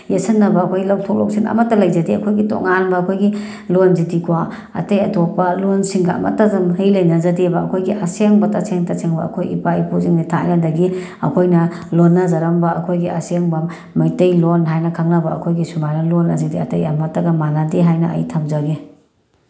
ꯌꯦꯠꯁꯤꯟꯅꯕ ꯑꯩꯈꯣꯏ ꯂꯧꯊꯣꯛ ꯂꯧꯁꯤꯟ ꯑꯃꯠꯇ ꯂꯩꯖꯗꯦ ꯑꯩꯈꯣꯏꯒꯤ ꯇꯣꯉꯥꯟꯕ ꯑꯩꯈꯣꯏꯒꯤ ꯂꯣꯜꯁꯤꯗꯤꯀꯣ ꯑꯇꯩ ꯑꯇꯣꯞꯄ ꯂꯣꯜꯁꯤꯡꯒ ꯑꯃꯠꯇꯗ ꯃꯔꯤ ꯂꯩꯅꯖꯗꯦꯕ ꯑꯩꯈꯣꯏꯒꯤ ꯑꯁꯦꯡꯕ ꯇꯁꯦꯡ ꯇꯁꯦꯡꯕ ꯑꯩꯈꯣꯏ ꯏꯄꯥ ꯏꯄꯨꯁꯤꯡꯅ ꯊꯥꯏꯅꯗꯒꯤ ꯑꯩꯈꯣꯏꯅ ꯂꯣꯟꯅꯖꯔꯝꯕ ꯑꯩꯈꯣꯏꯒꯤ ꯑꯁꯦꯡꯕ ꯃꯩꯇꯩ ꯂꯣꯜ ꯍꯥꯏꯅ ꯈꯪꯅꯕ ꯑꯩꯈꯣꯏꯒꯤ ꯁꯨꯃꯥꯏꯅ ꯂꯣꯟ ꯑꯁꯤꯗꯤ ꯑꯇꯩ ꯑꯃꯠꯇꯒ ꯃꯥꯟꯅꯗꯦ ꯍꯥꯏꯅ ꯑꯩ ꯊꯝꯖꯒꯦ